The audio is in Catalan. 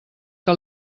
que